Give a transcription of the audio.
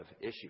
issue